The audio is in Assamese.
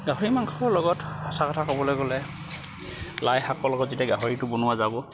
গাহৰি মাংসৰ লগত সঁচা কথা ক'বলৈ গ'লে লাই শাকৰ লগত যেতিয়া গাহৰিটো বনোৱা যাব